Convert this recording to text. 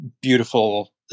beautiful